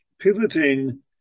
Pivoting